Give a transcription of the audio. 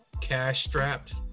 cash-strapped